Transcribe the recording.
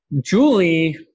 Julie